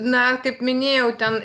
na kaip minėjau ten